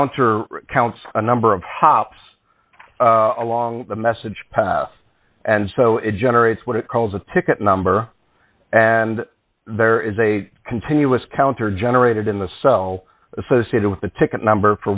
counter counts the number of hops along the message path and so it generates what it calls a ticket number and there is a continuous counter generated in the cell associated with the ticket number